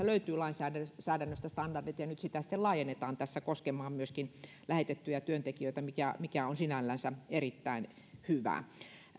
löytyy lainsäädännöstä standardit ja nyt niitä sitten laajennetaan tässä koskemaan myöskin lähetettyjä työntekijöitä mikä on sinällänsä erittäin hyvä